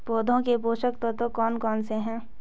पौधों के पोषक तत्व कौन कौन से हैं?